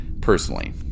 personally